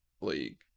league